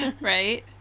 Right